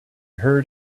heard